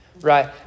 Right